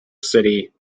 city